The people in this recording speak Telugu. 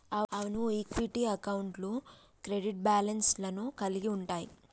అవును ఈక్విటీ అకౌంట్లు క్రెడిట్ బ్యాలెన్స్ లను కలిగి ఉంటయ్యి